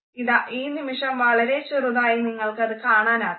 ഇതാ ഈ നിമിഷം വളരെ ചെറുതായി നിങ്ങൾക്കത് കാണാനാകും